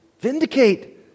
vindicate